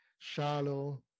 shallow